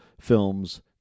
films